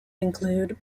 include